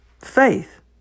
Faith